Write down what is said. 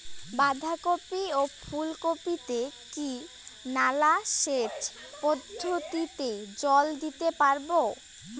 বাধা কপি ও ফুল কপি তে কি নালা সেচ পদ্ধতিতে জল দিতে পারবো?